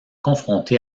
confronté